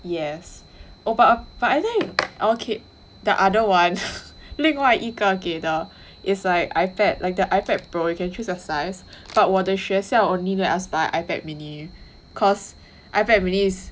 yes oh but but I think okay the other one 另外一个给的 is like ipad like a ipad pro you can choose your size but 我的学校 only make us buy ipad mini cause ipad mini is